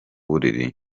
buriri